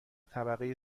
طبقه